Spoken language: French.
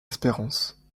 espérance